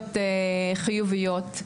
אנרגיות חיוביות,